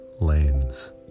lanes